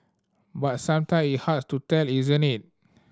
but sometime it hard to tell isn't it